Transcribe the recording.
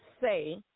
say